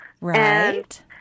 Right